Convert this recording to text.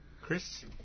Chris